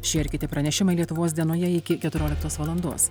šie ir kiti pranešimai lietuvos dienoje iki keturioliktos valandos